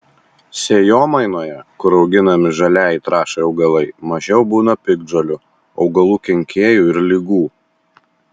sėjomainoje kur auginami žaliajai trąšai augalai mažiau būna piktžolių augalų kenkėjų ir ligų